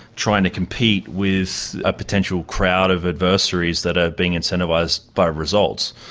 trying to compete with a potential crowd of adversaries that are being incentivised by results.